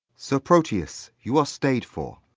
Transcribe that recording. sir proteus, you are stay'd for.